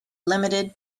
limited